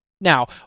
Now